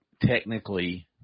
technically